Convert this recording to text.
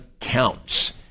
counts